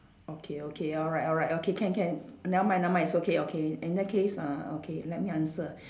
okay okay alright alright okay can can nevermind nevermind it's okay okay in that case uh okay let me answer